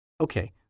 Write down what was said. Okay